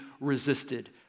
resisted